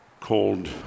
called